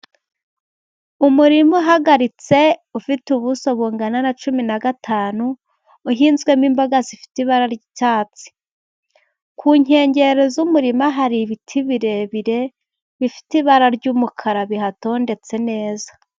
Umurima uhagaritse ufite ubuso bungana na cumi na gatanu, uhinzwemo imboga zifite ibara ry'icyatsi, ku nkengero z'umurima hari ibiti birebire bifite ibara ry'umukara bihatondetse neza.